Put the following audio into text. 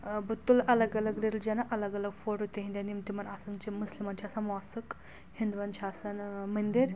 ٲں بہٕ تُلہٕ الگ الگ ریٚلجَنَن الگ الگ فوٹو تِہنٛدیٚن یِم تِمَن آسان چھِ مُسلِمن چھُ آسان مواسق ہِندُووَن چھُ آسان ٲں منٛدِر